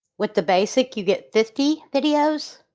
with the basic you get fifty videos,